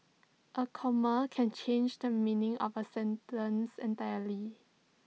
A comma can change the meaning of A sentence entirely